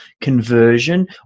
conversion